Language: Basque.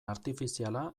artifiziala